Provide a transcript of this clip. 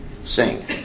sing